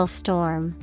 storm